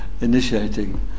initiating